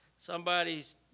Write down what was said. somebody's